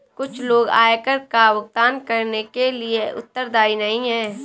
कुछ लोग आयकर का भुगतान करने के लिए उत्तरदायी नहीं हैं